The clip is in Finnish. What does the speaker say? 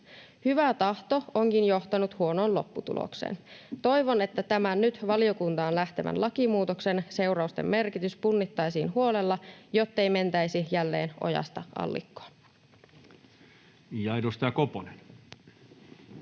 Hyvä tahto onkin johtanut huonoon lopputulokseen. Toivon, että tämän nyt valiokuntaan lähtevän lakimuutoksen seurausten merkitys punnittaisiin huolella, jottei mentäisi jälleen ojasta allikkoon.